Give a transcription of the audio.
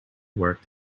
worked